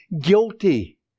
guilty